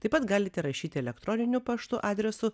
taip pat galite rašyti elektroniniu paštu adresu